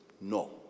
No